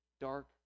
dark